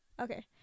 Okay